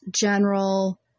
general